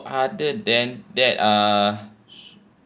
other than that uh